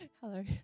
Hello